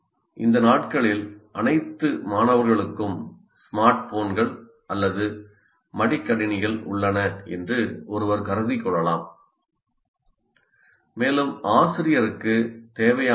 இந்த நாட்களில் அனைத்து மாணவர்களுக்கும் ஸ்மார்ட்போன்கள் அல்லது மடிக்கணினிகள் உள்ளன என்று ஒருவர் கருதிக் கொள்ளலாம் மேலும் ஆசிரியருக்கு தேவையான ஐ